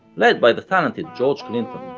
led by the talented george clinton.